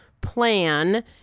plan